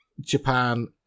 Japan